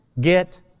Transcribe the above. get